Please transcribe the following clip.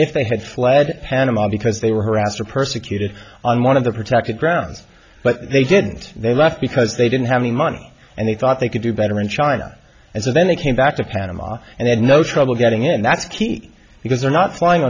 if they had fled panama because they were harassed or persecuted on one of the protected grounds but they didn't they left because they didn't have any money and they thought they could do better in china as and then they came back to panama and there's no trouble getting in and that's key because they're not flying